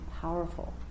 powerful